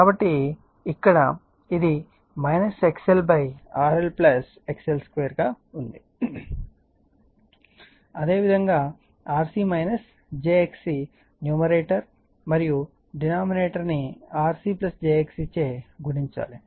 కాబట్టి ఇక్కడ ఇది XLRL XL 2 ఉంది అదేవిధంగా RC j XC న్యూమరేటర్ మరియు డినామినేటర్ ని RC j XC చే గుణించాలి